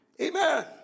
amen